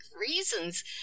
reasons